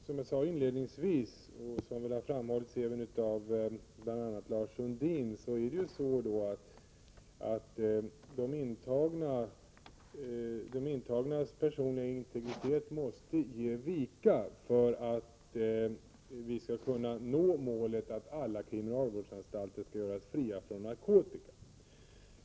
Som jag sade inledningsvis, och som även framhållits av Lars Sundin, måste de intagnas personliga integritet ge vika för att vi skall kunna nå målet att alla kriminalvårdsanstalter skall bli fria från narkotika.